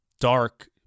Dark